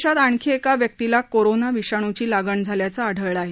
देशात आणखी एका व्यक्तीला कोरोना विषाणूची लागण झाल्याचे आढळले आहे